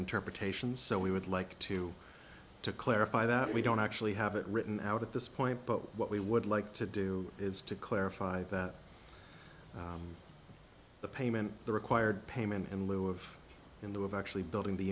interpretations so we would like to to clarify that we don't actually have it written out at this point but what we would like to do is to clarify that the payment the required payment in lieu of in the of actually building the